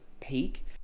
peak